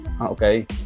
Okay